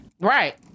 Right